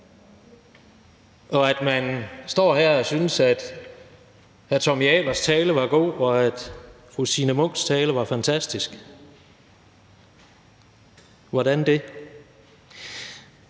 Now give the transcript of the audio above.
og at man står her og synes, at hr. Tommy Ahlers tale var god, og at fru Signe Munks tale var fantastisk. Hvordan kan